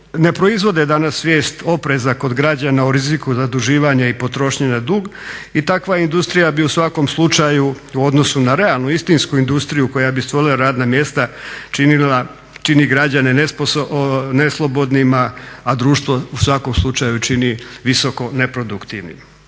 ne proizvode danas svijest opreza kod građana o riziku zaduživanja i potrošnje na dug i takva industrija bi u svakom slučaju u odnosu na realnu, istinsku industriju koja bi stvorila radna mjesta čini građane neslobodnima, a društvo u svakom slučaju čini visoko neproduktivnim.